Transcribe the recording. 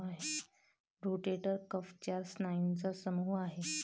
rotator cuff चार स्नायूंचा समूह आहे